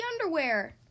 underwear